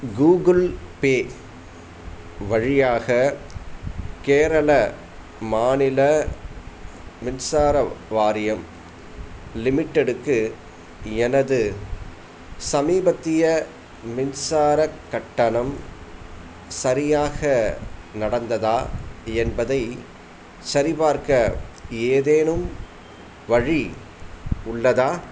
Google Pay வழியாக கேரள மாநில மின்சார வாரியம் லிமிடெடுக்கு எனது சமீபத்திய மின்சார கட்டணம் சரியாக நடந்ததா என்பதை சரிபார்க்க ஏதேனும் வழி உள்ளதா